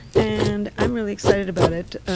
and i'm really excited about it,